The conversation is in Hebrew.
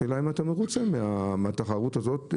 השאלה אם אתה מרוצה מהתחרות הזאת.